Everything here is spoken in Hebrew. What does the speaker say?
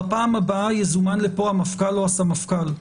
בפעם הבאה יזומן לפה המפכ"ל או הסמפכ"ל.